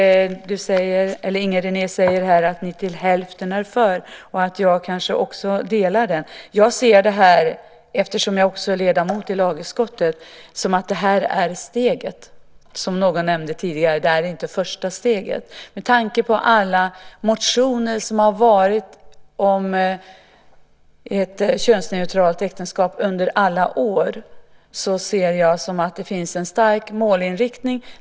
Inger René säger att ni till hälften är för och att jag kanske också delar den uppfattningen. Eftersom jag också är ledamot i lagutskottet ser jag det som att detta är steget. Som någon nämnde tidigare är detta inte första steget. Med tanke på alla motioner som under alla år har väckts om könsneutralt äktenskap ser jag det som att det finns en stark målinriktning.